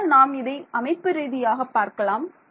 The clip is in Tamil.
ஆகையால் நாம் இதை அமைப்பு ரீதியாக பார்க்கலாம்